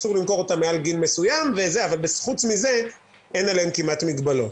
אסור למכור מעל גיל מסוים אבל חוץ מזה אין עליהם כמעט מגבלות.